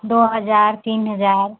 दो हज़ार तीन हज़ार